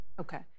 Okay